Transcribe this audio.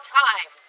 time